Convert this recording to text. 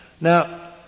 now